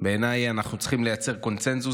בעיניי אנחנו צריכים לייצר קונסנזוס,